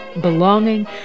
belonging